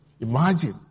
Imagine